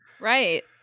Right